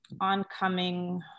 oncoming